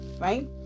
right